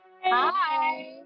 Hi